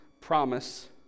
promise